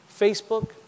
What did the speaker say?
Facebook